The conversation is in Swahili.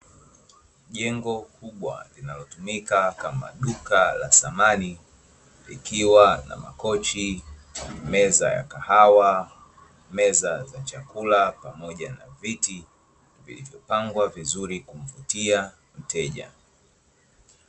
Jengo kubwa linalotumika kama duka la samani likiwa na makochi, meza ya kahawa, meza za chakula pamoja na viti vilipangwa vizuri kumvutia mteja.